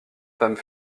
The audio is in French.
femmes